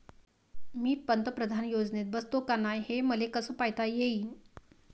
मी पंतप्रधान योजनेत बसतो का नाय, हे मले कस पायता येईन?